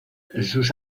sus